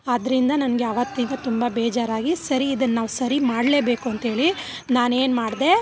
ಆದ್ರಿಂದ ನನಗೆ ಆವತ್ತಿಂದ ತುಂಬ ಬೇಜಾರಾಗಿ ಸರಿ ಇದನ್ನು ನಾವು ಸರಿ ಮಾಡಲೇಬೇಕು ಅಂತೇಳಿ ನಾನೇನು ಮಾಡಿದೆ